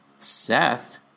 Seth